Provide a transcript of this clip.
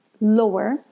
lower